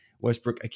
Westbrook